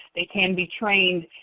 they can be trained,